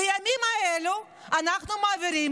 בימים האלה אנחנו מעבירים,